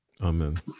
Amen